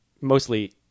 mostly